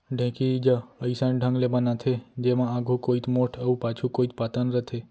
ढेंकी ज अइसन ढंग ले बनाथे जेमा आघू कोइत मोठ अउ पाछू कोइत पातन रथे